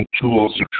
tools